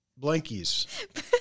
blankies